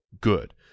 good